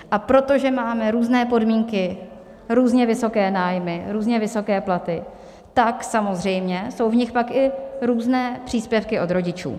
A protože máme různé podmínky, různě vysoké nájmy, různě vysoké platy, tak samozřejmě jsou v nich pak i různé příspěvky od rodičů.